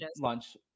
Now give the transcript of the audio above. lunch